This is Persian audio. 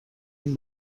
این